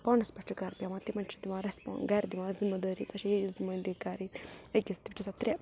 پانَس پٮ۪ٹھ چھُ گَرٕ پٮ۪وان تِمَن چھِ دِوان رَٮ۪سپا گَرِ دِوان ذِمہٕ دٲری ژےٚ چھےٚ یہِ یہِ ذِمہٕ دٲری کَرٕنۍ أکِس تِم چھِ آسان ترٛےٚ